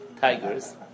tigers